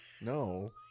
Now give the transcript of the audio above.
No